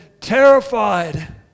terrified